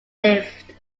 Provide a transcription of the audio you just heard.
lived